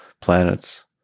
planets